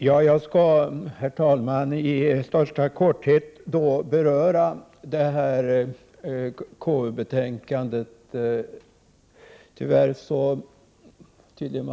Herr talman! Jag skall i största korthet beröra detta KU-betänkande. Tyvärr har det tydligen